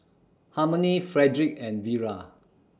Harmony Frederick and Vira